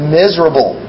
miserable